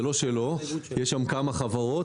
זה לא שלו כי יש שם כמה חברות.